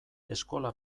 eskola